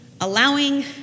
allowing